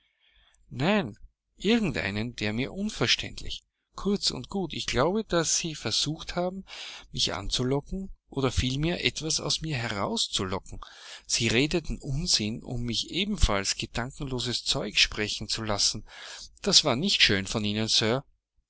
nein irgend einen der mir unverständlich kurz und gut ich glaube daß sie versucht haben mich anzulocken oder vielmehr etwas aus mir heraus zu locken sie redeten unsinn um mich ebenfalls gedankenloses zeug sprechen zu lassen das war nicht schön von ihnen